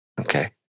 Okay